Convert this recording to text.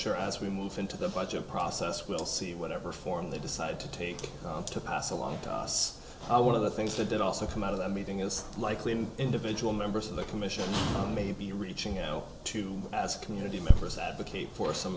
sure as we move into the budget process we'll see whatever form they decide to take to pass along to us i one of the things they did also come out of that meeting is likely an individual members of the commission maybe reaching out to as community members advocate for some